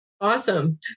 Awesome